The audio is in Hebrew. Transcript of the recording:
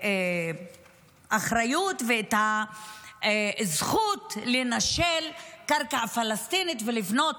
האחריות ואת הזכות לנשל קרקע פלסטינית ולבנות